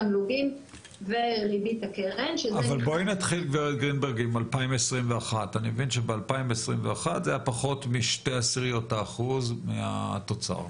תמלוגים וריבית הקרן --- בואי נתחיל עם 2021. אני מבין שב-2021 זה היה פחות מ-0.2% מהתוצר,